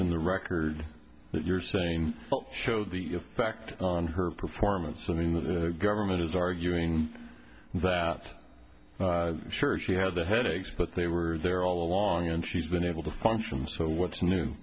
in the record that you're saying show the effect on her performance will mean that the government is arguing that sure she had the headaches but they were there all along and she's been able to function so what's new